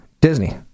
Disney